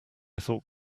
thought